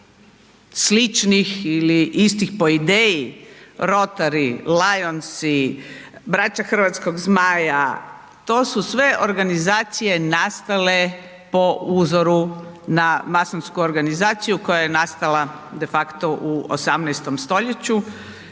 sličnih ili istih po ideji Rotory, Lionsi, Braća hrvatskog zmaja, to su sve organizacije nastale po uzoru na masonsku organizaciju koja je nastala de facto u 18. stoljeću